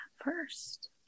first